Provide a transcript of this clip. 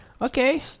Okay